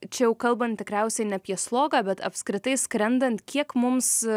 čia jau kalbant tikriausiai ne apie slogą bet apskritai skrendant kiek mums